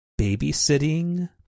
babysitting